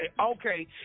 okay